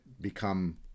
become